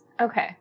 Okay